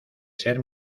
ser